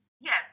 Yes